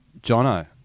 Jono